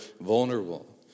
vulnerable